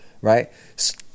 Right